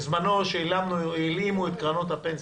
בזמנו, כשהלאימו את קרנות הפנסיה,